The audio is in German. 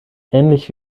ähnlich